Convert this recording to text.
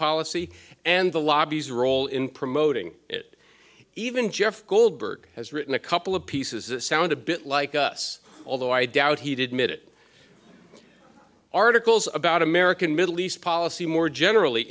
policy and the lobbies role in promoting it even jeff goldberg has written a couple of pieces that sound a bit like us although i doubt he did midget articles about american middle east policy more generally